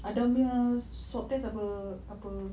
adam punya swab test apa apa